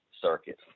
circuit